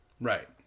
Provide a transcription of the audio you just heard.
Right